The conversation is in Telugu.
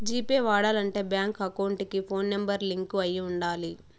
జీ పే వాడాలంటే బ్యాంక్ అకౌంట్ కి ఫోన్ నెంబర్ లింక్ అయి ఉండాలి